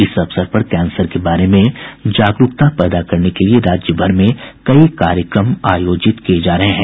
इस अवसर पर कैंसर के बारे में जागरूकता पैदा करने के लिए राज्यभर में कई कार्यक्रम आयोजित किये जा रहे हैं